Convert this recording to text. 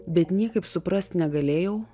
bet niekaip suprast negalėjau